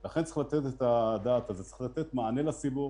אני אומר לך שיש לי מאות שיחות,